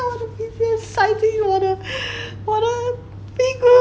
我的皮鞋塞进我的塞进我的屁股